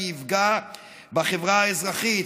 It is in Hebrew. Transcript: שיפגע בחברה האזרחית,